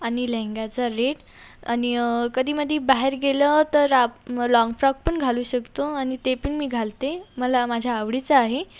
आणि लेहंग्याचा रेड आणि कधीमधी बाहेर गेलं तर लाँग फ्रॉक पण घालू शकतो आणि ते पण मी घालते मला माझ्या आवडीचं आहे